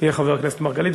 יהיה חבר הכנסת מרגלית,